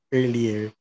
earlier